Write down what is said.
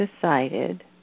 decided